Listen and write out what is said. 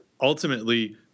ultimately